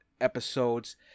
episodes